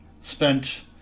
spent